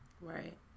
right